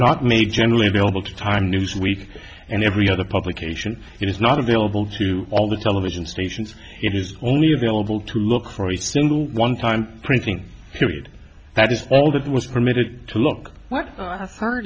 not made generally available to time newsweek and every other publication and it's not available to all the television stations it is only available to look for a single one time printing period that is all that was permitted to look what